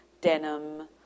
Denim